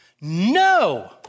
No